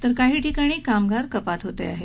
तरीही काही ठिकाणी कामगार कपात होते आहे